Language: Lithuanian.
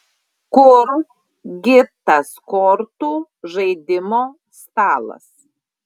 kur gi tas kortų žaidimo stalas